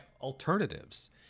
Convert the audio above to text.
alternatives